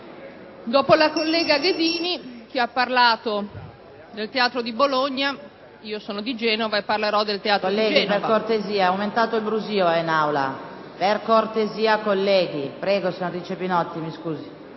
dopo la collega Ghedini, che ha parlato del Teatro di Bologna, io, che sono di Genova, parlerò del Teatro di Genova.